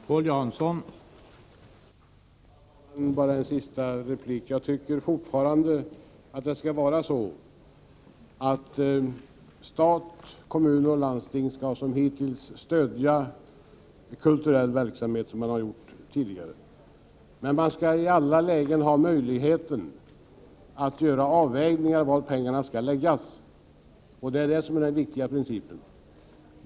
Herr talman! Bara en sista kommentar. Jag tycker fortfarande att stat, kommun och landsting skall på samma sätt som hittills stödja kulturell verksamhet. Men man skall i alla lägen ha möjlighet att göra avvägningar när det gäller var pengarna skall läggas. Det är detta som är den viktiga principen.